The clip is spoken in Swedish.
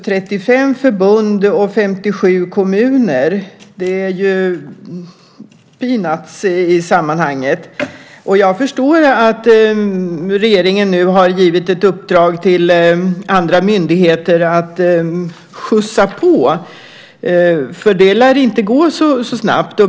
35 förbund och 57 kommuner är ju peanuts i sammanhanget. Jag förstår att regeringen nu har givit ett uppdrag till andra myndigheter att skjutsa på, för det lär inte gå så snabbt.